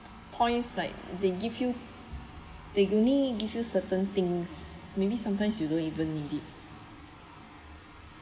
points like they give you that me gives you certain things maybe sometimes you don't even need